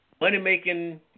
money-making